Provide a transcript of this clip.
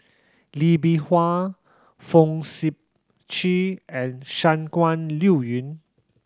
Lee Bee Wah Fong Sip Chee and Shangguan Liuyun